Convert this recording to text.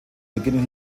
beginnen